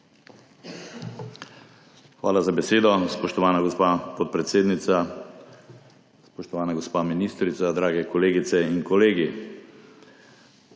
Hvala za besedo, spoštovana gospa podpredsednica. Spoštovana gospa ministrica, drage kolegice in kolegi!